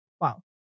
Wow